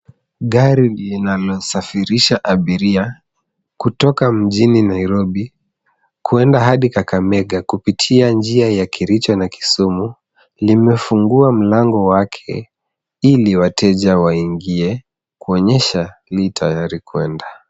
Gari linalosafirisha abiria kutoka mjini Nairobi kwenda hadi Kakamega kupitia njia ya Kericho na Kisumu, limefungua mlango wake ili wateja waingie, kuonyesha li tayari kuenda.